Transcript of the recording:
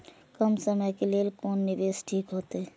कम समय के लेल कोन निवेश ठीक होते?